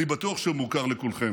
אני בטוח שהוא מוכר לכולכם.